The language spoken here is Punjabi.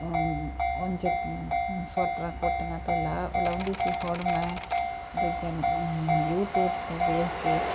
ਉਂ ਉਂਝ ਸਵੈਟਰਾਂ ਕੋਟੀਆਂ ਤੋਂ ਲਾ ਲਾਉਂਦੀ ਸੀ ਹੁਣ ਮੈਂ ਦੂਜਿਆਂ ਦੀ ਯੂਟੀਊਬ ਤੋਂ ਵੇਖ ਕੇ